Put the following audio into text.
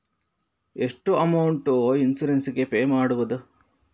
ಎಷ್ಟು amount insurance ಗೇ pay ಮಾಡುವುದು?